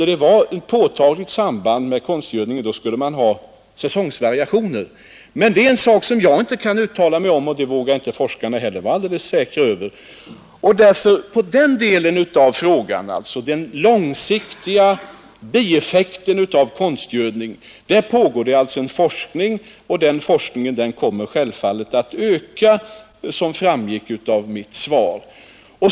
Om det fanns ett påtagligt samband med konstgödningen, så skulle det vara säsongvariationer. Detta är alltså en sak som jag inte kan uttala mig om. och det vågar inte forskarna heller. Beträffande den långsiktiga bieffekten av konstgödningen pågår det alltså en forskning. och den forskningen kommer självfallet att öka, vilket framgick av mitt svar.